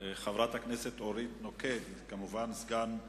חברת הכנסת אורית נוקד, כמובן סגנית